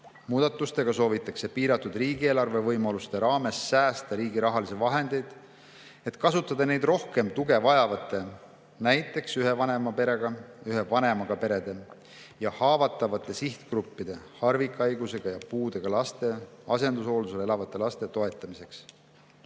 Muudatustega soovitakse piiratud riigieelarve võimaluste piires säästa riigi rahalisi vahendeid, et kasutada neid rohkem tuge vajavate, näiteks ühe vanemaga perede ja haavatavate sihtgruppide, harvikhaigusega ja puudega laste, asendushooldusel elavate laste toetamiseks,